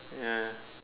ya